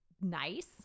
nice